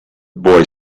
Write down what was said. boy